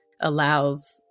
allows